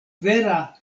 vera